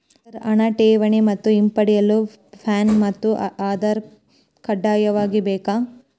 Sir ಹಣ ಠೇವಣಿ ಮತ್ತು ಹಿಂಪಡೆಯಲು ಪ್ಯಾನ್ ಮತ್ತು ಆಧಾರ್ ಕಡ್ಡಾಯವಾಗಿ ಬೇಕೆ?